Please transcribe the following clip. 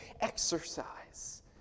exercise